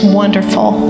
wonderful